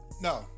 No